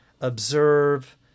observe